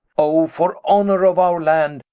o, for honor of our land,